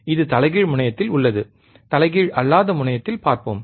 இது தலைகீழ் முனையத்தில் உள்ளது தலைகீழ் அல்லாத முனையத்தில் பார்ப்போம்